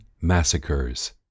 massacres